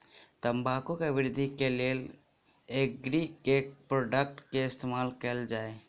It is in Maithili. तम्बाकू केँ वृद्धि केँ लेल एग्री केँ के प्रोडक्ट केँ इस्तेमाल कैल जाय?